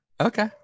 Okay